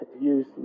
use